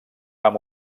amb